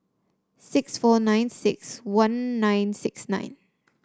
six four nine six one nine six nine